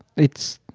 it's